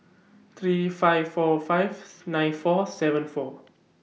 three five four five nine four seven four